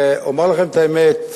אומר לכם את האמת,